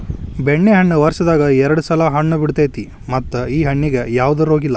ಬೆಣ್ಣೆಹಣ್ಣ ವರ್ಷದಾಗ ಎರ್ಡ್ ಸಲಾ ಹಣ್ಣ ಬಿಡತೈತಿ ಮತ್ತ ಈ ಹಣ್ಣಿಗೆ ಯಾವ್ದ ರೋಗಿಲ್ಲ